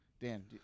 Dan